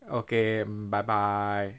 okay mm bye bye